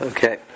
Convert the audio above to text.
Okay